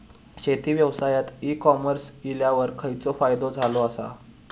शेती व्यवसायात e commerce इल्यावर खयचो फायदो झालो आसा?